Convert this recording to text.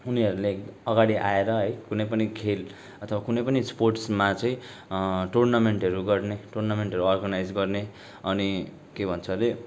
उनीहरूले अगाडि आएर है कुनै पनि खेल अथवा कुनै पनि स्पोर्ट्समा चाहिँ टुर्नामेन्टहरू गर्ने टुर्नामेन्टहरू अर्गानाइज गर्ने अनि के भन्छ रे